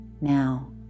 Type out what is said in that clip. Now